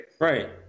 right